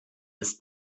ist